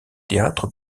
théâtres